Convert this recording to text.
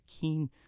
keen